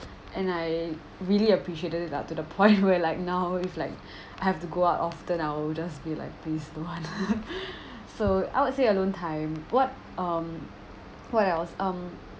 and I really appreciated it that to the point where like now it's like I have to go out often I will just be like pretty slow and all so I would say alone time what um what else um